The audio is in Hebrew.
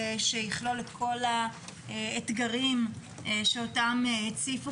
שיכללו את כל האתגרים שאותם הציפו,